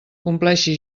compleixi